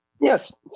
Yes